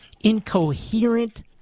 incoherent